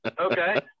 okay